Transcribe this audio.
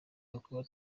gakuba